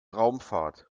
raumfahrt